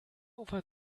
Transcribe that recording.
ufer